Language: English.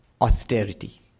austerity